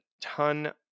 ton